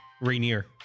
Rainier